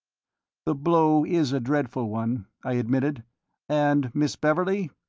the blow is a dreadful one, i admitted and miss beverley?